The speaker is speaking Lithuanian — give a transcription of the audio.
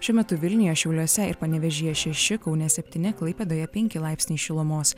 šiuo metu vilniuje šiauliuose ir panevėžyje šeši kaune septyni klaipėdoje penki laipsniai šilumos